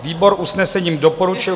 Výbor usnesením doporučil